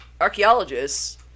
archaeologists